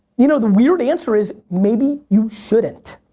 you know the weird answer is maybe you shouldn't.